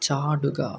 ചാടുക